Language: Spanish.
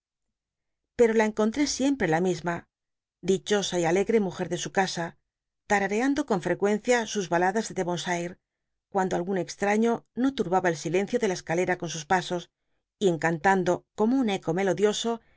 pero la encontté siempre la misma dichosa y alegre tillljer de su casa tararea ndo con frecuencia sus baladas del devonshire cuando algu u cxlraiio no lutbaba el silencio de la escalera con sus pnsos y encantando como un eco melodioso